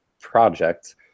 project